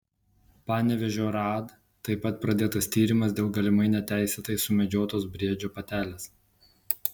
panevėžio raad taip pat pradėtas tyrimas dėl galimai neteisėtai sumedžiotos briedžio patelės